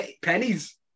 pennies